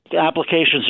Applications